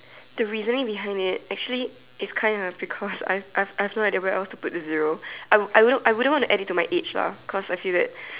the reasoning behind it actually it's kind of because I've I've I've no idea where else to put the zero I I wouldn't I wouldn't want to add it to my age lah cause I feel that